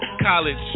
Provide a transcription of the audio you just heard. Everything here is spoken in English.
college